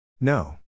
No